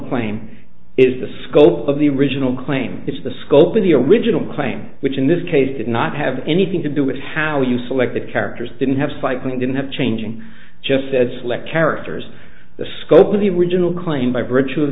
claim is the scope of the original claim it's the scope of the original claim which in this case did not have anything to do with how you select the characters didn't have cycling didn't have changing just as select characters the scope of the original claim by virtue of